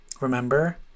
Remember